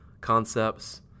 concepts